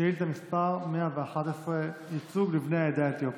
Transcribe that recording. שאילתה מס' 111, ייצוג לבני העדה האתיופית.